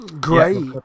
Great